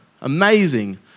Amazing